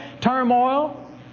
turmoil